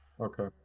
Okay